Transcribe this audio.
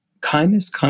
kindness